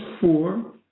four